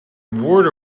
word